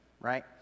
right